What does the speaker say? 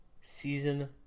season